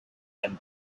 and